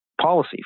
policy